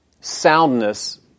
soundness